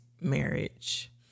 marriage